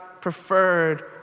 preferred